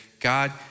God